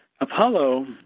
Apollo